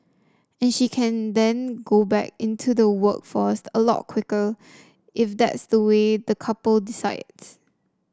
and she can then go back into the workforce a lot quicker if that's the way the couple decides